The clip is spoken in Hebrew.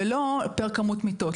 ולא פר כמות מיטות.